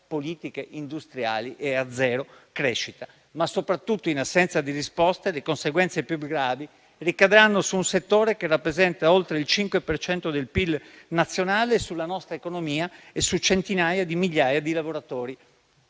politiche industriali e zero crescita. Soprattutto, in assenza di risposte, le conseguenze più gravi ricadranno su un settore che rappresenta oltre il 5 per cento del PIL nazionale, sulla nostra economia e su centinaia di migliaia di lavoratori